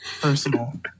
personal